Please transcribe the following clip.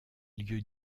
lieux